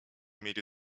mieli